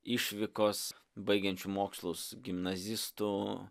išvykos baigiančių mokslus gimnazistų